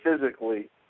physically